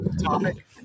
topic